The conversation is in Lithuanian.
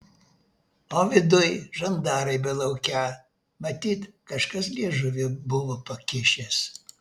o viduj žandarai belaukią matyt kažkas liežuvį buvo pakišęs